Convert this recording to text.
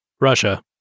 Russia